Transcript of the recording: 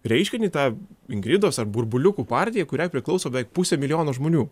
reiškinį tą ingridos ar burbuliukų partiją kuriai priklauso beveik pusė milijono žmonių